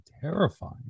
terrifying